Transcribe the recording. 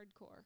hardcore